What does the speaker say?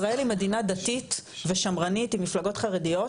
ישראל היא מדינה דתית ושמרנית עם מפלגות חרדיות,